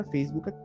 Facebook